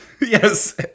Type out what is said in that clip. Yes